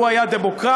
והוא היה דמוקרט.